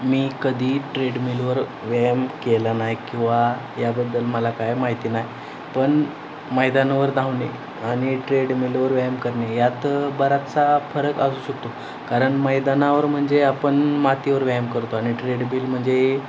मी कधी ट्रेडमिलवर व्यायाम केला नाही किंवा याबद्दल मला काय माहिती नाही पण मैदानावर धावणे आणि ट्रेडमिलवर व्यायाम करणे यात बराचसा फरक असू शकतो कारण मैदानावर म्हणजे आपण मातीवर व्यायाम करतो आणि ट्रेडमिलमध्ये